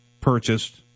purchased